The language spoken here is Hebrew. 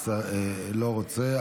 לא רוצה.